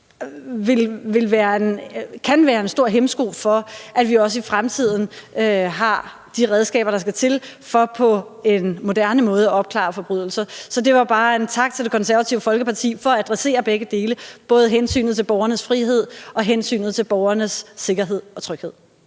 kan være en stor hæmsko for, at vi også i fremtiden har de redskaber, der skal til, for på en moderne måde at opklare forbrydelser. Så det var bare en tak til Det Konservative Folkeparti for at adressere begge dele – både hensynet til borgernes frihed og hensynet til borgernes sikkerhed og tryghed.